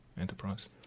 enterprise